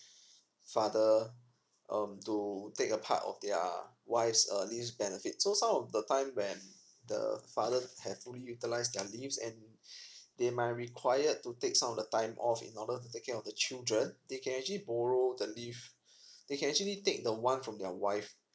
father um to take a part of their wife's uh leaves benefit so some of the time where the father have fully utilize their leaves and they might required to take some of the time off in order to take care of the children they can actually borrow the leave they can actually take the one from your wife